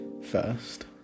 First